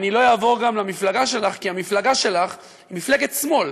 אני לא אעבור למפלגה שלך גם כי המפלגה שלך היא מפלגת שמאל,